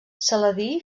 saladí